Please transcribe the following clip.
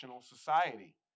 society